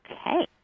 Okay